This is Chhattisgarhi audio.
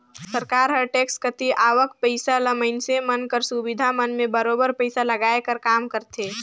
सरकार हर टेक्स कती आवक पइसा ल मइनसे मन कर सुबिधा मन में बरोबेर पइसा लगाए कर काम करथे